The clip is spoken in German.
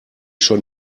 schon